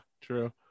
true